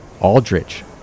Aldrich